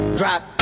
drop